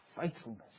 faithfulness